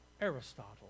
Aristotle